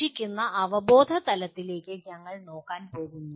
ശേഷിക്കുന്ന അവബോധ തലങ്ങളിലേക്ക് ഞങ്ങൾ നോക്കാൻ പോകുന്നു